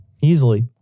easily